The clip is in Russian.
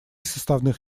составных